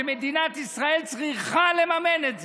שמדינת ישראל צריכה לממן את זה.